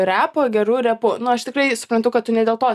repą geru repu nu aš tikrai suprantu kad tu ne dėl to